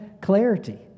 clarity